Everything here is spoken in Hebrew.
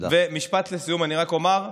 משפט לסיום, אני רק אומר,